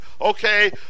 okay